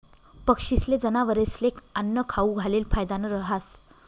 पक्षीस्ले, जनावरस्ले आन्नं खाऊ घालेल फायदानं रहास